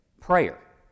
prayer